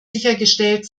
sichergestellt